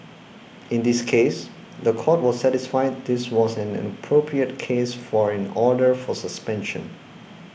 in this case the Court was satisfied this was an appropriate case for an order for suspension